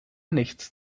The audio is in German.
nichts